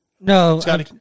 No